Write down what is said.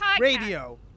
Radio